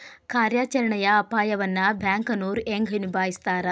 ಕಾರ್ಯಾಚರಣೆಯ ಅಪಾಯವನ್ನ ಬ್ಯಾಂಕನೋರ್ ಹೆಂಗ ನಿಭಾಯಸ್ತಾರ